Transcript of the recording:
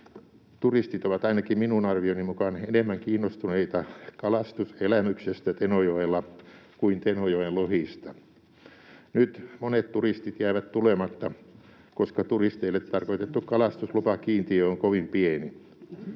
Turistit ovat ainakin minun arvioni mukaan enemmän kiinnostuneita kalastuselämyksestä Tenojoella kuin Tenojoen lohista. Nyt monet turistit jäävät tulematta, koska turisteille tarkoitettu kalastuslupakiintiö on kovin pieni.